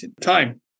time